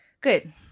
good